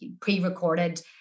pre-recorded